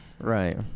right